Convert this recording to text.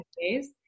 days